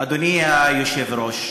אדוני היושב-ראש,